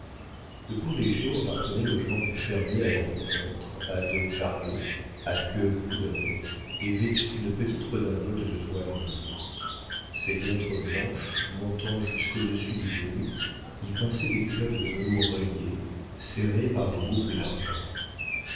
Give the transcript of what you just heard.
le père léger appartenait au genre du fermier à gros ventre à dos carré à queue poudrée et vêtu d'une petite redingote de toile bleue ses guêtres blanches montant jusqu'au-dessus du genou y pinçaient des culottes de velours rayé serrées par des boucles d'argent